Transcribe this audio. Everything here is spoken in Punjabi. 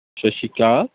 ਸਤਿ ਸ਼੍ਰੀ ਅਕਾਲ